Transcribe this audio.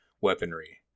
weaponry